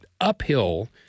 uphill